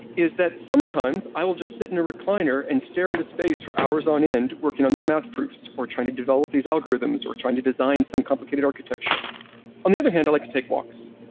is that sometimes i will just sit in a recliner and stare into space for hours on end end working on these math proofs or trying to develop these algorithms or trying to design some complicated architecture on the other hand, i like to take walks,